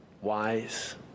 wise